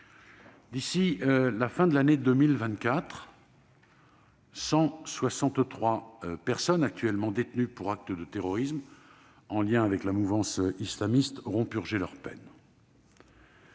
d'ici à la fin de l'année 2024, 163 personnes actuellement détenues pour des actes de terrorisme en lien avec la mouvance islamiste auront purgé leur peine.